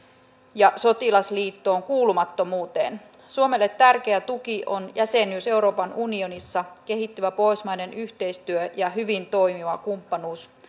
ja sotilasliittoon kuulumattomuuteen suomelle tärkeä tuki on jäsenyys euroopan unionissa kehittyvä pohjoismainen yhteistyö ja hyvin toimiva kumppanuus